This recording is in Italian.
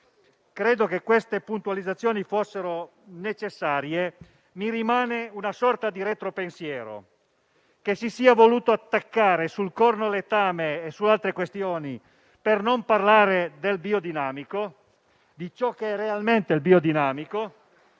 Credo che queste puntualizzazioni fossero necessarie. Mi rimane una sorta di retropensiero: che si sia voluto attaccare sul cornoletame e su altre questioni per non parlare del biodinamico e di ciò che è realmente. Il biodinamico